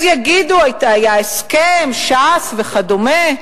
אז יגידו: היה הסכם, ש"ס וכדומה,